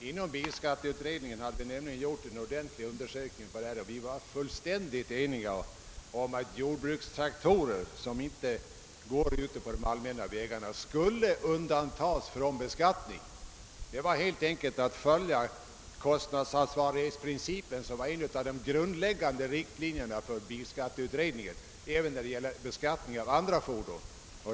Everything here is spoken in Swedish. Inom bilskatteutredningen hade vi gjort en ordentlig undersökning och var eniga om att jordbrukstraktorer som inte används på allmän väg borde undantas från beskattning. Detta innebar helt enkelt att vi följde kostnadsansvarighetsprincipen som är en av de grundläggande riktlinjerna för bilskatteutredningen även då det gäller beskattning av bilar.